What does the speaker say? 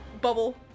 bubble